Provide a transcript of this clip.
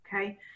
okay